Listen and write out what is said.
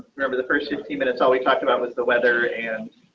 remember the first twenty minutes. all we talked about was the weather and